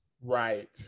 Right